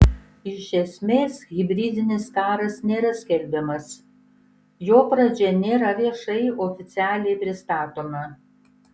iš esmės hibridinis karas nėra skelbiamas jo pradžia nėra viešai oficialiai pristatoma